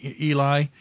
Eli –